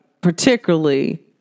Particularly